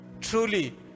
truly